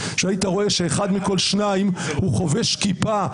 היית רואה שאחד מכל שניים הוא חובש כיפה,